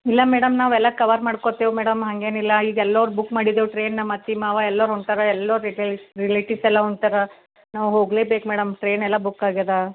ಇಲ್ಲ ಮೇಡಮ್ ನಾವೆಲ್ಲ ಕವರ್ ಮಾಡ್ಕೋತೀವಿ ಮೇಡಮ್ ಹಾಗೇನಿಲ್ಲ ಈಗ ಎಲ್ಲರ್ ಬುಕ್ ಮಾಡಿದ್ದೇವೆ ಟ್ರೇನ್ ನಮ್ಮ ಅತ್ತೆ ಮಾವ ಎಲ್ಲರೂ ಹೊಂಟಾರೆ ಎಲ್ಲ ರಿಲೆಟಿವ್ಸೆಲ್ಲ ಹೊಂಟಾರೆ ನಾವೂ ಹೋಗ್ಲೇಬೇಕು ಮೇಡಮ್ ಟ್ರೇನೆಲ್ಲ ಬುಕ್ಕಾಗಿದೆ